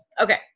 Okay